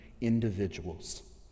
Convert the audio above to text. individuals